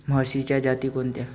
म्हशीच्या जाती कोणत्या?